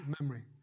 memory